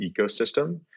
ecosystem